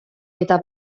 eta